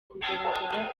kugaragara